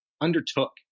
undertook